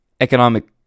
economic